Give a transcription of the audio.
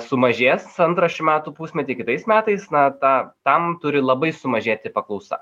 sumažės antrą šių metų pusmetį kitais metais na ta tam turi labai sumažėti paklausa